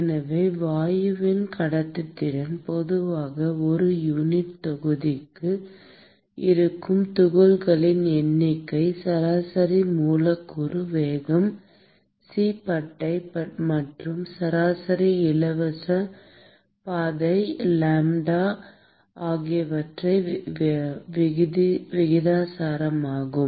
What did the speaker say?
எனவே வாயுவின் கடத்துத்திறன் பொதுவாக ஒரு யூனிட் தொகுதிக்கு இருக்கும் துகள்களின் எண்ணிக்கை சராசரி மூலக்கூறு வேகம் c பட்டை மற்றும் சராசரி இலவச பாதை லாம்ப்டா ஆகியவற்றுக்கு விகிதாசாரமாகும்